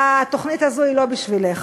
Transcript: התוכנית הזו היא לא בשבילך,